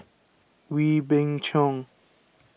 Wee Beng Chong